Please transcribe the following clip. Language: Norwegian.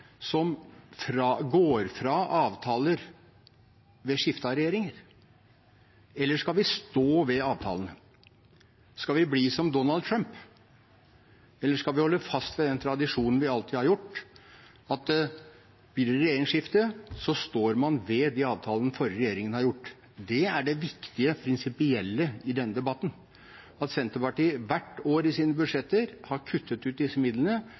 land som går fra avtaler ved skifte av regjeringer? Eller skal vi stå ved avtalene? Skal vi bli som Donald Trump, eller skal vi holde fast ved den tradisjonen vi alltid har hatt, at blir det regjeringsskifte, står man ved de avtalene den forrige regjeringen har gjort? Det er det viktige prinsipielle i denne debatten. At Senterpartiet hvert år i sine budsjetter har kuttet ut disse midlene,